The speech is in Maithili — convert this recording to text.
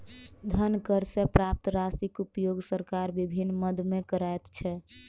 धन कर सॅ प्राप्त राशिक उपयोग सरकार विभिन्न मद मे करैत छै